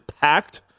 packed